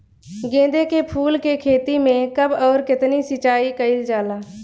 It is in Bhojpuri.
गेदे के फूल के खेती मे कब अउर कितनी सिचाई कइल जाला?